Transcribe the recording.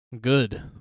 Good